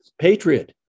patriot